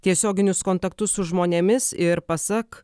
tiesioginius kontaktus su žmonėmis ir pasak